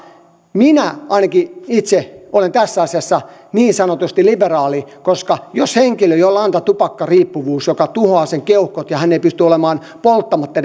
minä ainakin itse olen tässä asiassa niin sanotusti liberaali koska jos henkilö jolla on tämä tupakkariippuvuus joka tuhoaa keuhkot ei pysty olemaan polttamatta